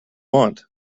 want